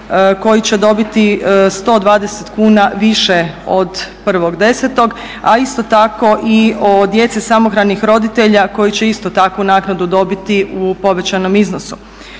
koji će dobiti 120 kuna više od 1.10., a isto tako i o djeci samohranih roditelja koji će isto takvu naknadu dobiti u povećanom iznosu.